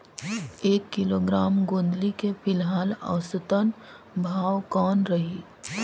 एक किलोग्राम गोंदली के फिलहाल औसतन भाव कौन रही?